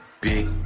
Big